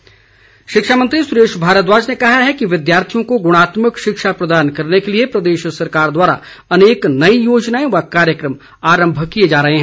भारद्वाज शिक्षा मंत्री सुरेश भारद्वाज ने कहा है कि विद्यार्थियों को गुणात्मक शिक्षा प्रदान करने के लिए प्रदेश सरकार द्वारा अनेक नई योजनाएं व कार्यक्रम आरम्भ किए जा रहे हैं